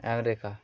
America